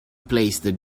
placed